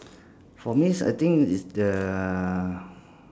for me it's I think it's the